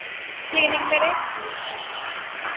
clinic ਮੇਰੇ